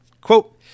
Quote